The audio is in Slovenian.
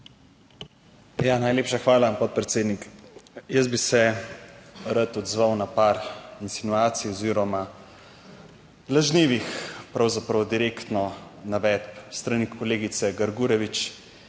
najlepša hvala podpredsednik. Jaz bi se rad odzval na par insinuacij oziroma lažnivih pravzaprav direktno navedb s strani kolegice Grgurevič